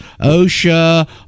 osha